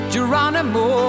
Geronimo